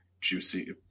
juicy –